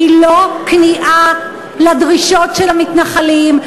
הוא לא כניעה לדרישות של המתנחלים?